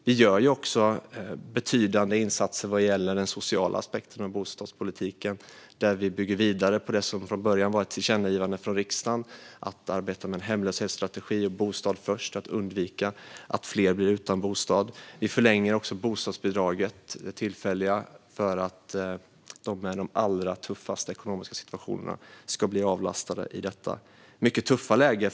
Vi gör också betydande insatser vad gäller den sociala aspekten av bostadspolitiken, där vi bygger vidare på det som från början var ett tillkännagivande från riksdagen om att arbeta med en hemlöshetsstrategi på temat bostad först, för att undvika att fler blir utan bostad. Vi förlänger också det tillfälliga bostadsbidraget för att de med den allra tuffaste ekonomiska situationen ska bli avlastade i detta mycket tuffa läge.